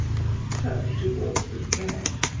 and turned toward the bed.